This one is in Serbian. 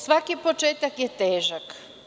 Svaki početak je težak.